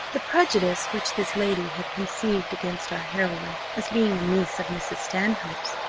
the prejudice which this lady had conceived against our heroine, as being a niece of mrs. stanhope's,